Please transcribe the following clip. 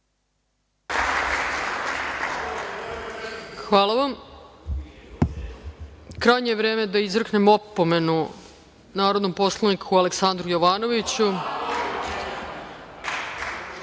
Hvala vam. Krajnje je vreme da izreknem opomenu narodnom poslaniku Aleksandru Jovanoviću,